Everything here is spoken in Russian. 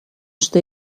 что